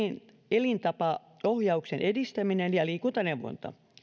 elintapaohjauksen edistäminen ja liikuntaneuvonta